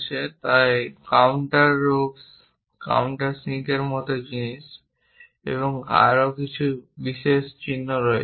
এবং তাই counter bores counter সিঙ্কের মতো জিনিস এবং আরও কিছু বিশেষ চিহ্ন রয়েছে